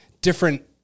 different